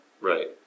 Right